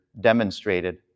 demonstrated